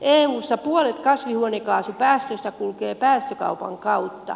eussa puolet kasvihuonekaasupäästöistä kulkee päästökaupan kautta